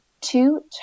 two